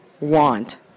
want